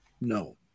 No